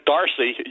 Darcy